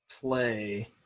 play